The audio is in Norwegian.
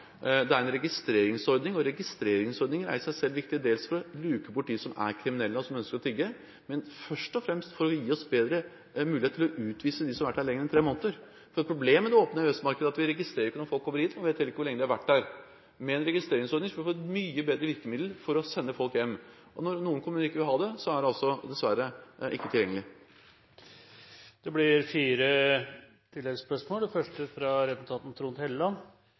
det er en registreringsordning. En registreringsordning er i seg selv viktig for å kunne luke bort de som er kriminelle og som ønsker å tigge, men først og fremst er det viktig for å gi oss bedre mulighet til å utvise dem som har vært her lenger enn tre måneder. Problemet med det åpne EØS-markedet er at vi ikke registrer når folk kommer hit, og vi vet heller ikke hvor lenge de har vært her. Med en registreringsordning vil vi få et mye bedre virkemiddel for å kunne sende folk hjem. Og når noen kommuner ikke vil ha det, er dette dessverre ikke tilgjengelig. Det blir fire oppfølgingsspørsmål – først representanten Trond Helleland.